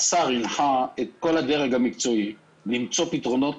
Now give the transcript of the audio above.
השר הנחה את כל הדרך המקצועי למצוא פתרונות